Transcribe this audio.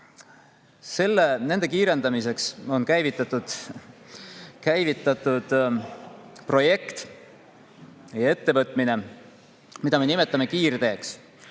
Nende kiirendamiseks on käivitatud projekt või ettevõtmine, mida me nimetame kiirteeks.